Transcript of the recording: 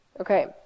Okay